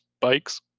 bikes